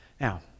Now